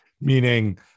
meaning